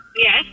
Yes